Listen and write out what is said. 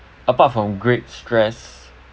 apart from great stress